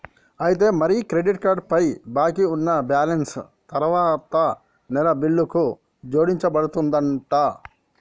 అయితే మరి credit card పై బాకీ ఉన్న బ్యాలెన్స్ తరువాత నెల బిల్లుకు జోడించబడుతుందంట